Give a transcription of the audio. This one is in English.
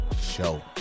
show